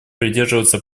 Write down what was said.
придерживаться